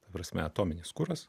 ta prasme atominis kuras